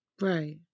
right